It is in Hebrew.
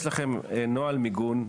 יש לכם נוהל מיגון,